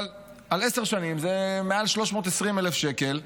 אבל על עשר שנים זה מעל 320,000 שקל,